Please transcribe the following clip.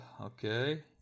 Okay